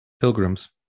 pilgrims